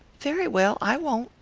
very well, i won't,